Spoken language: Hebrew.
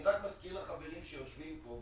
אני מזכיר לחברים שיושבים פה,